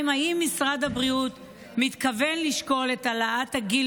האם משרד הבריאות מתכוון לשקול את העלאת הגיל